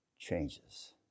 Changes